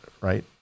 right